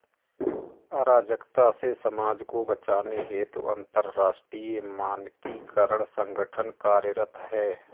अराजकता से समाज को बचाने हेतु अंतरराष्ट्रीय मानकीकरण संगठन कार्यरत है